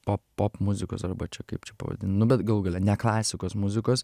pop pop muzikos arba čia kaip čia pavadint nu bet galų gale ne klasikos muzikos